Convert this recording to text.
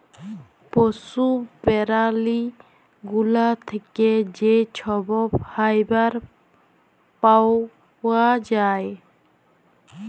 পশু প্যারালি গুলা থ্যাকে যে ছব ফাইবার পাউয়া যায়